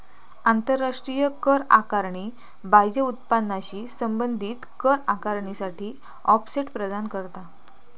आंतराष्ट्रीय कर आकारणी बाह्य उत्पन्नाशी संबंधित कर आकारणीसाठी ऑफसेट प्रदान करता